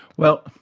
well,